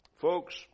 folks